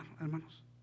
hermanos